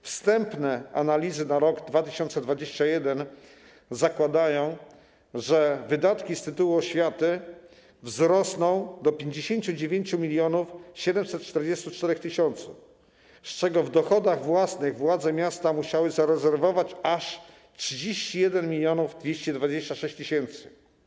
Wstępne analizy na rok 2021 zakładają, że wydatki z tytułu oświaty wzrosną do 59 744 tys., z czego w dochodach własnych władze miasta musiały zarezerwować aż 31 226 tys.